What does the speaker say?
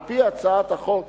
על-פי הצעת החוק,